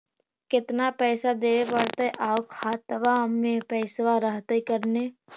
केतना पैसा देबे पड़तै आउ खातबा में पैसबा रहतै करने?